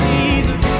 Jesus